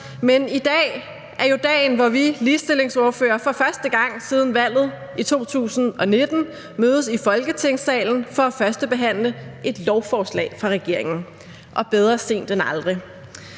Men i dag er jo dagen, hvor vi ligestillingsordførere for første gang siden valget i 2019 mødes i Folketingssalen for at førstebehandle et lovforslag fra regeringen. Og bedre sent end aldrig.